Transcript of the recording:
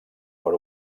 per